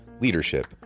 leadership